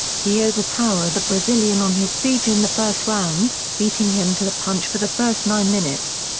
he overpowered the brazilian on his feet in the first round, beating him to the punch for the first nine minutes.